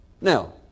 Now